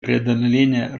преодоления